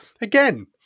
again